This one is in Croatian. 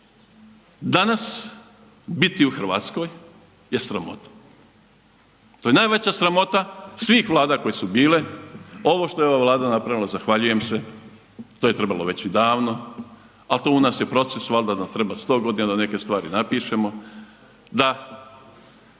danas biti u Hrvatskoj je sramota. To je najveća sramota svih vlada koje su bile, ovo što je ova Vlada napravila zahvaljujem se to je trebalo već i davno, ali to u nas je proces valda da treba 100 godina da neke stvari napišemo, da